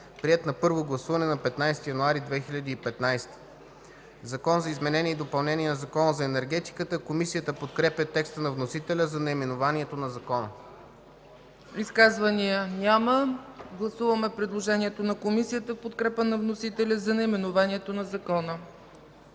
приет на първо гласуване на 15 януари 2015 г. „Закон за изменение и допълнение на Закона за енергетиката”. Комисията подкрепя текста на вносителя за наименованието на Закона. ПРЕДСЕДАТЕЛ ЦЕЦКА ЦАЧЕВА: Изказвания? Няма. Гласуваме предложението на Комисията в подкрепа на вносителя за наименованието на Закона.